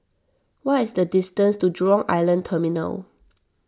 what is the distance to Jurong Island Terminal